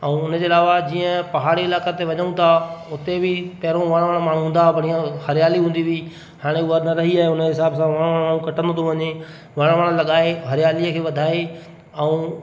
ऐं उन जे अलावा जीअं पहाड़ी इलाइक़नि ते वञूं था उते बि पहिरियों वणण माण्हू हूंदा हुआ ऐं हरियाली हूंदी हुई हाणे उहा न रही ऐं उन जे हिसाब सां वण माण्हू कटंदो थो वञे वण वण लॻाए हरियालीअ खे वधाए ऐं